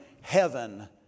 Heaven